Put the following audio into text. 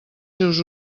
seus